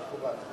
מקובל.